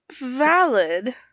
Valid